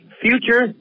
future